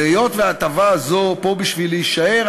והיות שההטבה הזאת פה בשביל להישאר,